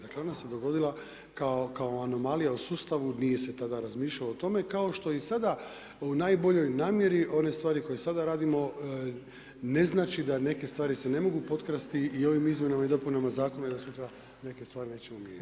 Dakle, ona se dogodila kao, kao anomalija u sustavu nije se tada razmišljalo o tome kao što i sada u najboljoj namjeri one stvari koje sada radimo, ne znači da neke stvari se ne mogu potkrasti i ovim izmjenama i dopunama zakona i da sutra neke stvari nećemo vidjeti.